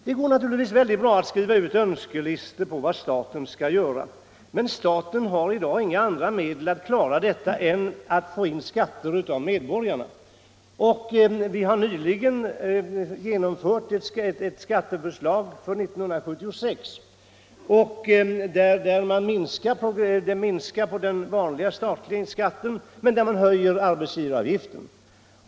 Det går naturligtvis väldigt bra att skriva önskelistor på vad staten skall göra, men staten har i dag inga andra medel att ta till än de skatter den får in av medborgarna. Vi har nyligen genomfört ett skatteförslag för 1976 där vi minskar den vanliga statliga skatten men höjer arbetsgivaravgiften.